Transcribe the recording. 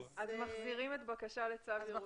מחזירים את הבקשה לצו ירושה.